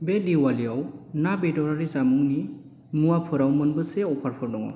बे दिवालीआव ना बेदरारि जामुंनि मुवाफोराव मोनबेसे अफारफोर दङ